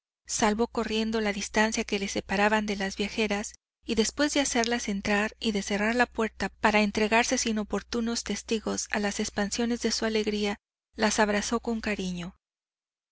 salvó corriendo la distancia que le separaba de las viajeras y después de hacerlas entrar y de cerrar la puerta para entregarse sin importunos testigos a las expansiones de su alegría las abrazó con cariño